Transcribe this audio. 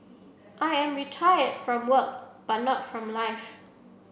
I am retired from work but not from life